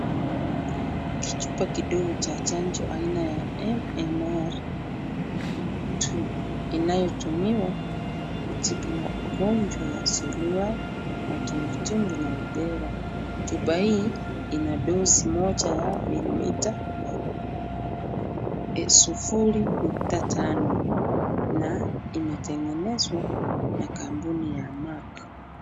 Kichupa kidogo cha chanjo aina ya MMR 2 inayotumiwa kutibu magonjwa ya surua, matumbwi tumbwi na rubela. Chupa hii ina dozi moja ya mililita sufuri nukta tano na imetengenezwa na kampuni ya Mark.